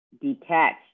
detach